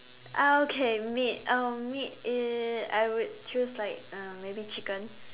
okay meat um meat uh I would choose like um maybe chicken